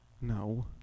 No